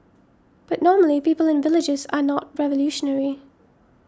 but normally people in villages are not revolutionary